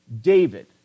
David